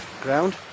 ground